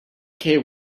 care